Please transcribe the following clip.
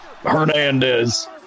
Hernandez